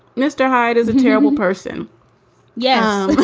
mr. hyde is a terrible person yeah